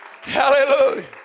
Hallelujah